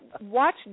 watch